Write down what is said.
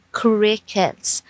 crickets